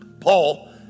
Paul